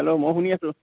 hello মই শুনি আছোঁ